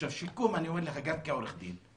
עכשיו שיקום, אני אומר לך גם כעורך דין,